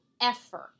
effort